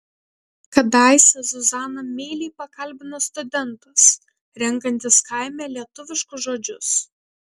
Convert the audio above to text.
kadaise zuzaną meiliai pakalbino studentas renkantis kaime lietuviškus žodžius